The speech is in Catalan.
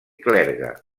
clergue